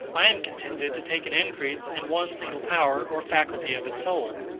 i am contented to take an increase in one single power or faculty of his soul.